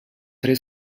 tre